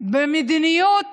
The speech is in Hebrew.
במדיניות